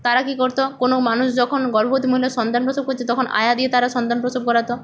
তারা কী করত কোনো মানুষ যখন গর্ভবতী মহিলা সন্তান প্রসব করছে তখন আয়া দিয়ে তারা সন্তান প্রসব করাত